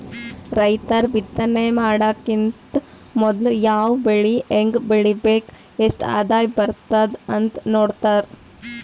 ರೈತರ್ ಬಿತ್ತನೆ ಮಾಡಕ್ಕಿಂತ್ ಮೊದ್ಲ ಯಾವ್ ಬೆಳಿ ಹೆಂಗ್ ಬೆಳಿಬೇಕ್ ಎಷ್ಟ್ ಆದಾಯ್ ಬರ್ತದ್ ಅಂತ್ ನೋಡ್ತಾರ್